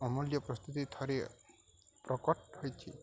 ଅମୂଲ୍ୟ ପ୍ରସ୍ତୁତି ଥରେ ପ୍ରକଟ ହୋଇଛି